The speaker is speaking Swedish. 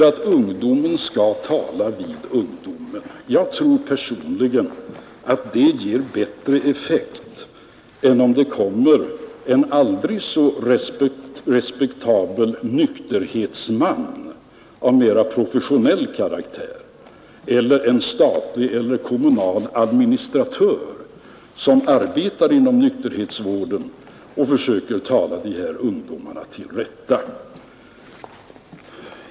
Att ungdom talar vid ungdom tror jag personligen ger bättre effekt än om det kommer en aldrig så respektabel nykterhetsman av mera professionell karaktär eller om en statlig eller kommunal administratör, som arbetar inom nykterhetsvården, kommer och försöker tala de här ungdomarna till rätta.